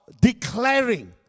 declaring